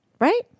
Right